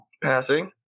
passing